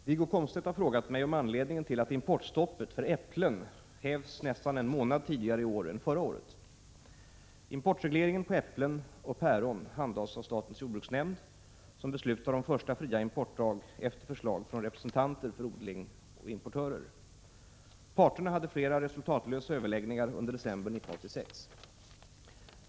Herr talman! Wiggo Komstedt har frågat mig om anledningen till att importstoppet för äpplen hävs nästan en månad tidigare i år än förra året. Importregleringen på äpplen och päron handhas av statens jordbruksnämnd, som beslutar om första fria importdag efter förslag från representanter för odling och importörer. Parterna hade flera resultatlösa överläggningar under december 1986.